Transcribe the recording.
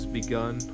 begun